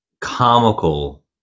comical